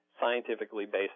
scientifically-based